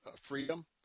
freedom